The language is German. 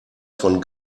von